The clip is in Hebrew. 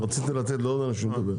רציתי לתת לעוד אנשים לדבר.